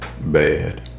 Bad